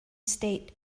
state